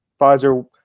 Pfizer